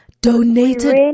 Donated